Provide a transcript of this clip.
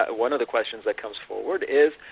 one of the questions that comes forward is,